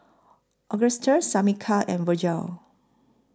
Agustus Shamika and Virgle